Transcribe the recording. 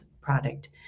product